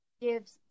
gives